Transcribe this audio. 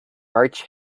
march